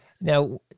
Now